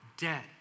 dead